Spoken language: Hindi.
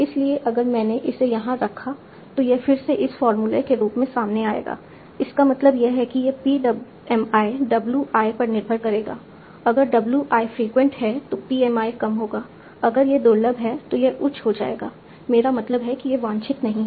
इसलिए अगर मैंने इसे यहां रखा तो यह फिर से इस फार्मूला के रूप में सामने आएगा इसका मतलब यह है कि यह PMI w i पर निर्भर करेगा अगर w i फ्रिक्वेंट है तो PMI कम होगा अगर यह दुर्लभ है तो यह उच्च हो जाएगा मेरा मतलब है कि यह वांछित नहीं है